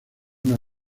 una